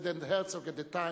president Herzog at the time,